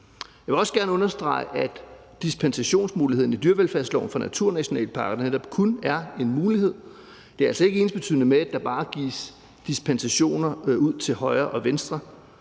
Jeg vil også gerne understrege, at dispensationsmuligheden i dyrevelfærdsloven for naturnationalparker netop kun er en mulighed. Det er altså ikke ensbetydende med, at der bare gives dispensationer til højre og venstre.